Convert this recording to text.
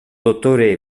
dottore